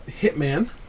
Hitman